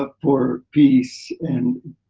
ah for peace and.